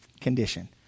condition